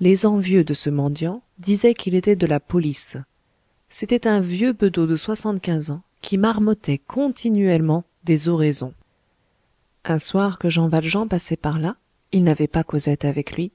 les envieux de ce mendiant disaient qu'il était de la police c'était un vieux bedeau de soixante-quinze ans qui marmottait continuellement des oraisons un soir que jean valjean passait par là il n'avait pas cosette avec lui